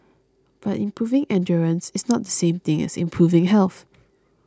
but improving endurance is not the same thing as improving health